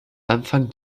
anfang